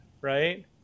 right